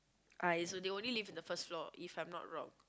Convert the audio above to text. I so they only live on the first floor if I'm not wrong